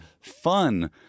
fun